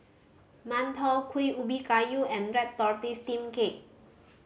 mantou Kuih Ubi Kayu and red tortoise steamed cake